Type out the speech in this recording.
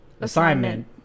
Assignment